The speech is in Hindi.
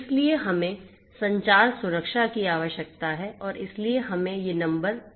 इसलिए हमें संचार सुरक्षा की जरूरत है और इसलिए हमें ये नंबर देना चाहिए